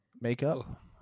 Makeup